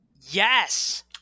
Yes